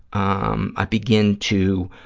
um i begin to,